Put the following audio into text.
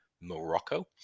Morocco